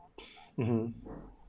mmhmm